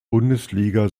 bundesliga